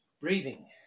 Breathing